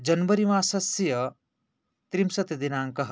जनवरीमासस्य त्रिंशत् दिनाङ्कः